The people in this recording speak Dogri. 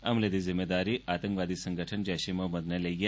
हमले दी जिम्मेदारी आतंकवादी संगठन जैशे मोहम्मद नै लेई ऐ